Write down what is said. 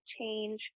change